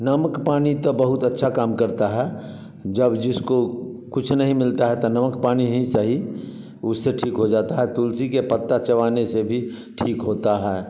नमक पानी तो बहुत अच्छा काम करता है जब जिसको कुछ नहीं मिलता है तो नमक पानी ही सही उससे ठीक हो जाता है तुलसी के पत्ता चबाने से भी ठीक होता है